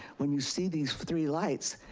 when you see these three lights,